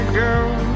girl